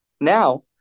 Now